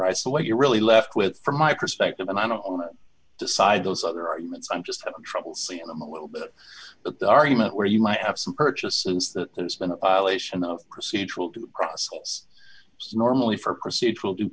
what you're really left with from my perspective and i don't want to decide those other arguments i'm just having trouble seeing them a little bit but the argument where you might have some purchases that there's been a pile ation of procedural due process normally for procedural due